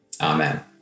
Amen